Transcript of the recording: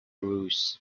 roost